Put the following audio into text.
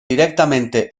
directamente